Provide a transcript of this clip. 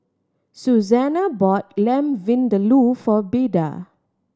Susanna bought Lamb Vindaloo for Beda